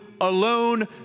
alone